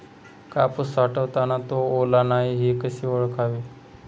कापूस साठवताना तो ओला नाही हे कसे ओळखावे?